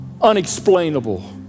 unexplainable